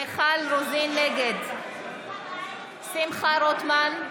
רוזין, נגד שמחה רוטמן,